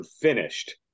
finished